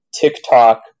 TikTok